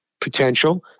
potential